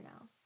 now